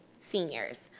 seniors